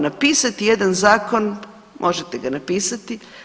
Napisati jedan zakon možete ga napisati.